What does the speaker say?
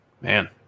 Man